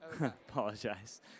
Apologize